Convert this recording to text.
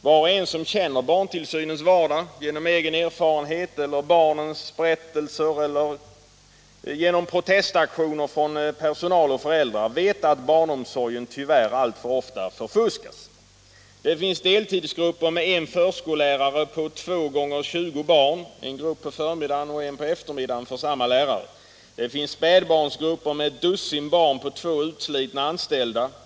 Var och en som känner till barntillsynens vardag — genom egen erfarenhet, genom barnens berättelser eller genom protestaktioner från personal och föräldrar — vet att barnomsorgen tyvärr alltför ofta förfuskas. Det finns deltidsgrupper med en förskollärare på 2 gånger 20 barn —- en grupp på förmiddagen och en på eftermiddagen. Det finns spädbarnsgrupper med ett dussin barn på 2 utslitna anställda.